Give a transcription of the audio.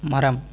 மரம்